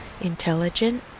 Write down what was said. intelligent